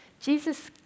Jesus